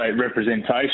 representation